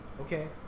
Okay